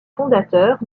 fondateurs